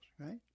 right